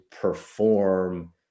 perform